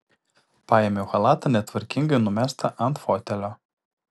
paėmiau chalatą netvarkingai numestą ant fotelio